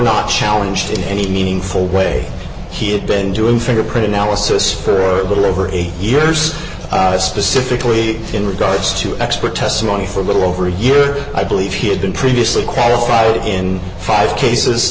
not challenged in any meaningful way he had been doing fingerprint analysis for a little over eight years i specifically in regards to expert testimony for a little over a year i believe he had been previously qualified in five cases